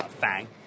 Fang